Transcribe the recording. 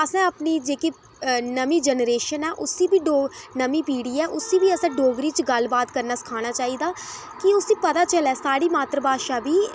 कि असें अपनी जेह्की नमी जनरेशन ऐ उस्सी बी डोगरी नमीं पीढ़ी ऐ उस्सी बी असें डोगरी च गल्ल बात करना सखाना चाहिदा कि उस्सी पता चलै साढ़ी मात्तर भाशा बी